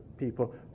People